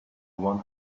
one